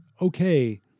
okay